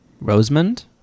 Rosamund